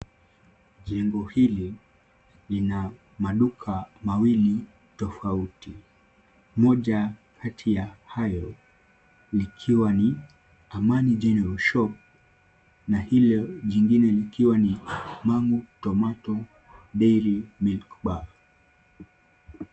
Jengo hili lina maduka mawili tofauti. Moja kati ya hayo likiwa ni Amani General Shop na hilo jingine likiwa ni Mangu Tomato Dairy Milk Bar.